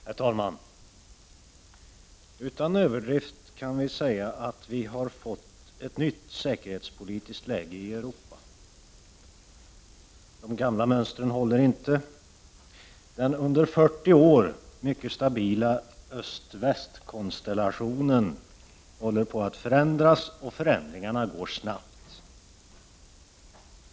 Herr talman! Utan överdrift kan vi säga att vi har fått ett nytt säkerhetspolitiskt läge i Europa. De gamla mönstren håller inte, den under 40 år mycket stabila öst—väst-konstellationen håller på att förändras, och förändringarna går snabbt.